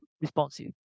responsive